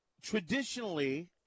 traditionally –